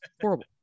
Horrible